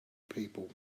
people